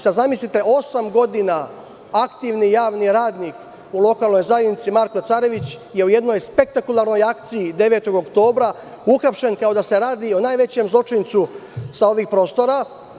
Sada zamislite, osam godina aktivni javni radnik u lokalnoj zajednici, Marko Carević je u jednoj spektakularnoj akciji 9. oktobra uhapšen kao da se radi o najvećem zločincu sa ovih prostora.